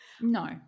No